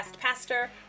pastor